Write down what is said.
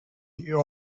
you